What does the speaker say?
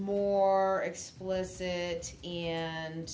more explicit and